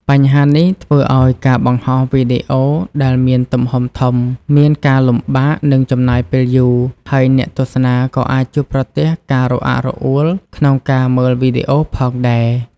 បញ្ហានេះធ្វើឲ្យការបង្ហោះវីដេអូដែលមានទំហំធំមានការលំបាក និងចំណាយពេលយូរ ហើយអ្នកទស្សនាក៏អាចជួបប្រទះការរអាក់រអួលក្នុងការមើលវីដេអូផងដែរ។